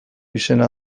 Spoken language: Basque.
izana